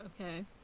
Okay